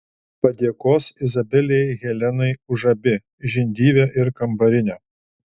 padėkos izabelei helenai už abi žindyvę ir kambarinę